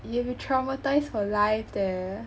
you'll be traumatized for life leh